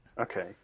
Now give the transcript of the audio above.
Okay